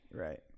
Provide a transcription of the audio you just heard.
right